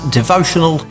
devotional